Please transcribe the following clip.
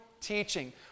teaching